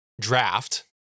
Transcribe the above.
draft